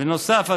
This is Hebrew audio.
בנוסף,